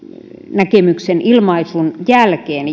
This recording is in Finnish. näkemyksen ilmaisun jälkeen